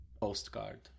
postcard